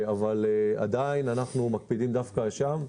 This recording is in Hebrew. אבל עדיין אנחנו מקפידים דווקא שם.